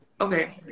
okay